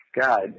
God